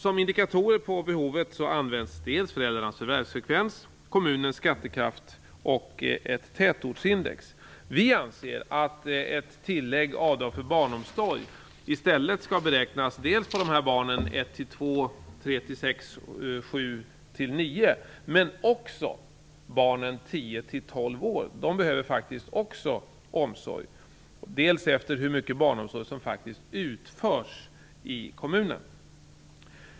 Som indikatorer på behovet används dels föräldrarnas förvärvsfrekvens, dels kommunens skattekraft, dels ett tätortsindex. Vi anser att tillägg eller avdrag för barnomsorg i stället skall beräknas dels efter andelen barn i åldrarna 1-2, 3-6, 7-9 och även 10-12 år - även de barnen behöver faktiskt omsorg -, dels efter hur mycket barnomsorg som faktiskt utförs i kommunen.